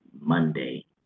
Monday